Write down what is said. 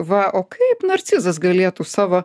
va o kaip narcizas galėtų savo